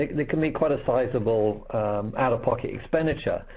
like and can be quite a sizeable out-of-pocket expenditure,